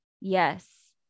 yes